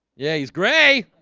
yeah, he's gray